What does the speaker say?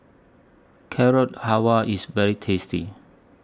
Carrot Halwa IS very tasty